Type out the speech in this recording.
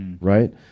Right